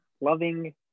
loving